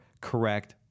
correct